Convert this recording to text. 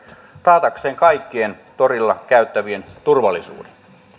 taatakseen kaikkien toria käyttävien turvallisuuden